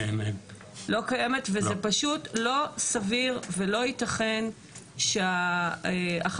זה פשוט לא סביר ולא ייתכן שהחקלאים